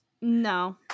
no